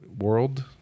world